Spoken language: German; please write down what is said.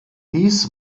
dies